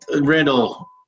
Randall